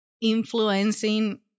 influencing